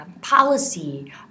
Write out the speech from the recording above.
policy